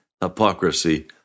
hypocrisy